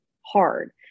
hard